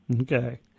Okay